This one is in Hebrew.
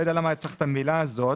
לא יודע למה היה צריך את המילה הזאת.